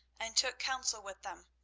and took counsel with them.